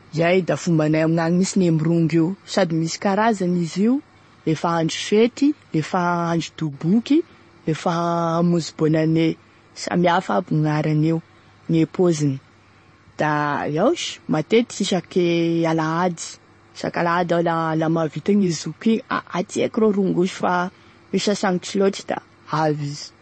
Iay da fombanay amignagny minsiny e mirongo io sady da misy karazany izy io, lefa andro fety, lefa andro doboky, lefa hamozy bonane, samy hafa aby gn' agnarany io, gne poziny da iaho sh matetiky isaky e alahady, isaky alahady iaho da laha mahavita gne zokiko igny, a aty eky ro rongoso fa misasagintry lotry da avy izy.